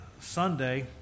Sunday